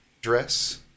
dress